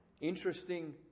Interesting